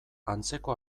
antzeko